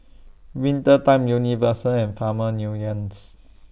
Winter Time Universal and Farmers Unions